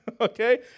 okay